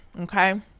okay